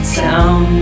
town